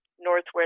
Northwest